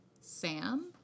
Sam